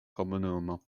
komunumo